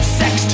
sex